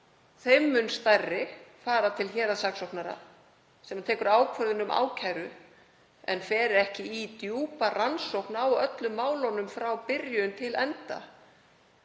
þeim mun stærri fara til héraðssaksóknara sem tekur ákvörðun um ákæru en fer ekki í djúpa rannsókn á öllum málunum frá byrjun til enda